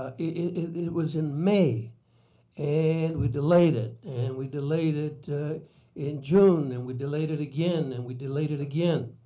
ah it it was in may and we delayed it. and we delayed it in june. and we delayed it again, and we delayed it again.